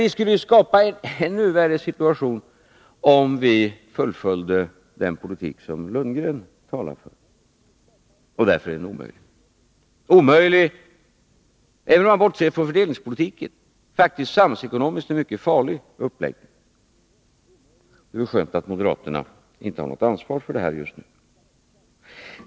Vi skulle dock skapa en ännu värre situation, om vi fullföljde den politik som Bo Lundgren talat för, och därför är denna omöjlig. Det är, även om man bortser från fördelningspolitiken, fråga om en samhällsekonomiskt mycket farlig uppläggning. Det är skönt att moderaterna inte har något ansvar för politiken just nu.